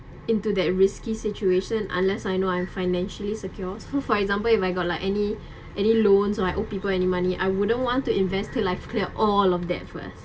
into that risky situation unless I know I'm financially secured so for example if I got like any any loans or I owed people any money I wouldn't want to invest till I've clear all of that first